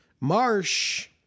Marsh